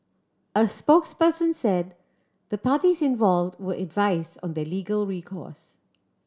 a spokesperson said the parties involved were advise on their legal recourse